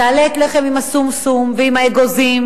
תעלה את מחיר הלחם עם השומשום ועם האגוזים